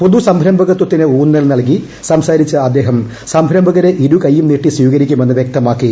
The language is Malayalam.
പുതുസംരംഭകത്വത്തിന് ഊന്നൽ നൽകി സംസാരിച്ച അദ്ദേഹം സംരംഭകരെ ഇരുകൈയും നീട്ടി സ്വീകരിക്കുമെന്ന് വ്യക്തമാക്കി